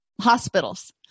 hospitals